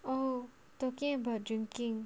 oh talking about drinking